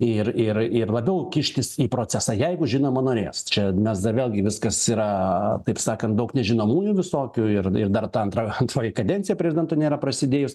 ir ir ir labiau kištis į procesą jeigu žinoma norės čia mes dar vėlgi viskas yra taip sakant daug nežinomųjų visokių ir dar ta antra antoji kadencija prezidento nėra prasidėjus